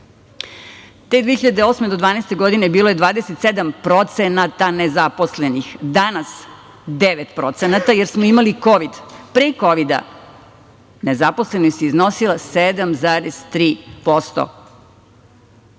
2008. do 2012. godine bilo je 27% nezaposlenih. Danas 9%, jer smo imali kovid. Pre kovida nezaposlenost je iznosila 7,3%.Što